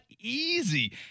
easy